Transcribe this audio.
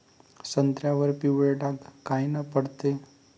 संत्र्यावर पिवळे डाग कायनं पडते?